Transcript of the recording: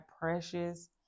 precious